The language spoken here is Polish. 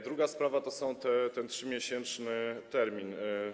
Druga sprawa to jest ten 3-miesięczny termin.